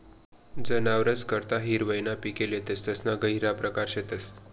जनावरस करता हिरवय ना पिके लेतस तेसना गहिरा परकार शेतस